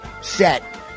set